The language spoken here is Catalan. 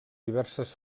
diverses